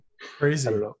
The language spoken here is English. Crazy